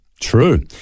True